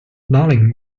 darling